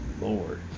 lord